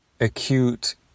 acute